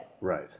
Right